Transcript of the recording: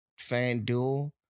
FanDuel